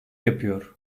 yapıyor